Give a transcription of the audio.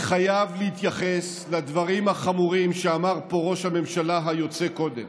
אני חייב להתייחס לדברים החמורים שאמר פה ראש הממשלה היוצא קודם.